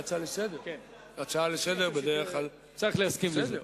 הצעה לסדר-היום, בסדר.